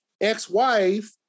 ex-wife